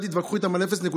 ואל תתווכחו איתם על 0.5,